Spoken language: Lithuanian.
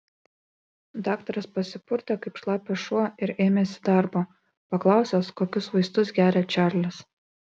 daktaras pasipurtė kaip šlapias šuo ir ėmėsi darbo paklausęs kokius vaistus geria čarlis